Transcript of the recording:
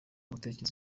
gutekereza